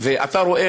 שאתה רואה,